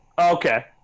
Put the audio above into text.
Okay